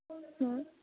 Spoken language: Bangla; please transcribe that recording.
হুম